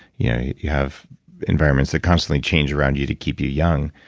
yeah you have environments that constantly change around you to keep you young.